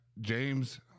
james